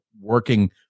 working